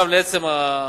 לעצם העניין,